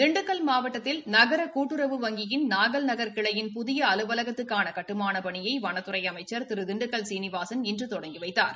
திண்டுக்கல் மாவட்டத்தில் நகர கூட்டுறவு வங்கியின் நாகல்நகர் கிளையின் புதிய அலுவலகத்துக்கான கட்டுமானப் பணியை வனத்துறை அமைச்சா் திரு திண்டுக்கல் சீனிவாசன் இன்று தொடங்கி வைத்தார்